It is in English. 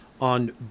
on